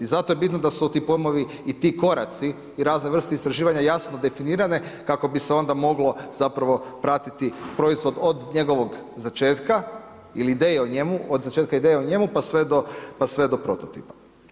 I zato je bitno da su ti pojmovi i ti koraci i razne vrste istraživanja jasno definirane kako bi se onda moglo zapravo pratiti proizvod od njegovog začetka ili ideje o njemu, od začetka ideje o njemu, pa sve to prototipa.